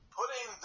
putting